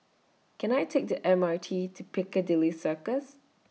Can I Take The M R T to Piccadilly Circus